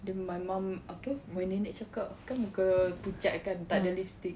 then my mum apa my nenek cakap kan muka pucat kan tak ada lipstick